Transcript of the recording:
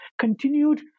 continued